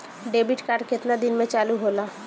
Debit card केतना दिन में चालु होला?